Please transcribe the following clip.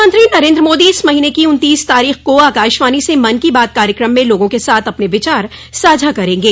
प्रधानमंत्री नरेन्द्र मोदी इस महीने की उन्तीस तारीख को आकाशवाणी से मन की बात कार्यक्रम में लोगों के साथ अपने विचार साझा करेंगे